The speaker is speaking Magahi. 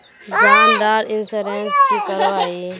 जान डार इंश्योरेंस की करवा ई?